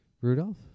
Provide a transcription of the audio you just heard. Rudolph